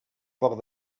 foc